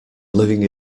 living